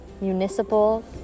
Municipal